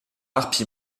harpe